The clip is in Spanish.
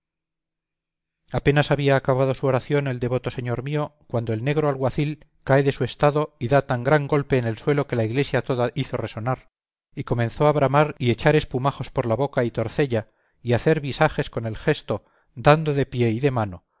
apenas había acabado su oración el devoto señor mío cuando el negro alguacil cae de su estado y da tan gran golpe en el suelo que la iglesia toda hizo resonar y comenzó a bramar y echar espumajos por la boca y torcella y hacer visajes con el gesto dando de pie y de mano